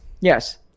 Yes